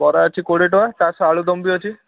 ବରା ଅଛି କୋଡ଼ିଏ ଟଙ୍କା ତା'ସହ ଆଳୁଦମ ବି ଅଛି